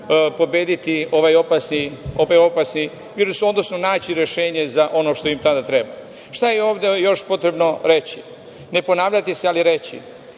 pobediti ovaj opasni virus, odnosno naći rešenje za ono što im tada treba. Šta je ovde još potrebno reći? Znamo da je